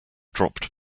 dropped